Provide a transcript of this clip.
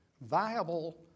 viable